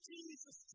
Jesus